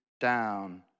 down